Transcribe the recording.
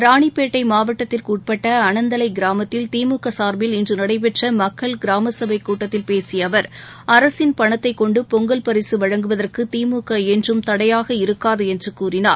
ராணிப்பேட்டை மாவட்டத்திற்குட்பட்ட அனந்தலை கிராமத்தில் திமுக சார்பில் இன்று நடைபெற்ற மக்கள் கிராமசபை கூட்டத்தில் பேசிய அவர் அரசின் பணத்தை கொண்டு பொங்கல் பரிசு வழங்குவதற்கு திமுக என்றும் தடையாக இருக்காது என்று கூறினார்